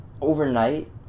overnight